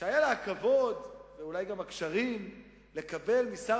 שהיה לה הכבוד ואולי גם הקשרים לקבל משר